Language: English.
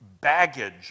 baggage